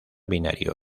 binario